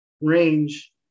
range